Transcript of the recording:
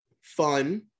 fun